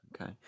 Okay